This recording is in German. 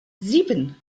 sieben